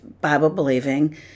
Bible-believing